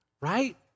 Right